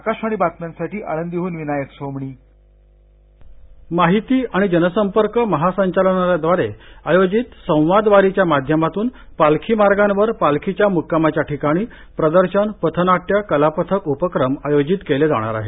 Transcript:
आकाशवाणी बातम्यांसाठी विनायक सोमणी प्णे संवाद वारीः माहिती आणि जनसंपर्क महासंचालनालयादवारे आयोजित संवाद वारीच्या माध्यमातून पालखी मार्गांवर पालखीच्या म्क्कामाच्या ठिकाणी प्रदर्शन पथनाट्य कलापथक उपक्रम आयोजित केले जाणार आहेत